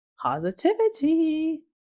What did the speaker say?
positivity